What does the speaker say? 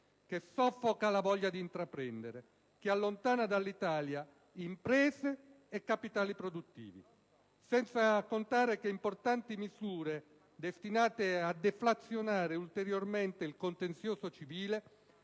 che soffoca la voglia di intraprendere, che allontana dall'Italia imprese e capitali produttivi. Senza contare che importanti misure destinate a deflazionare ulteriormente il contenzioso civile